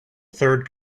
third